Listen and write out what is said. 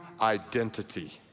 identity